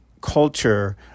culture